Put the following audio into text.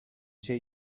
say